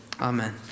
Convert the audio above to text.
Amen